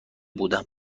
بودم